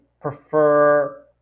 prefer